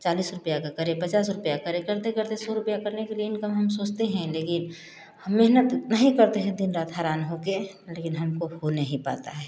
चालीस रुपया का करें पचास रुपया करें करते करते सौ रुपया का करने के लिए इनकम हम सोचते हैं हम मेहनत नहीं करते हैं दिन रात हैरान होके लेकिन हमको हो नहीं पाता है